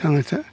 थांनो थाखाय